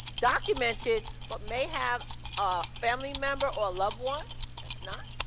documented, but may have a family member or loved one that's not.